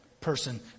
person